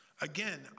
Again